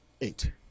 Eight